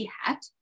hat